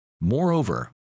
Moreover